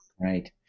Right